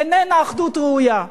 איננה אחדות ראויה.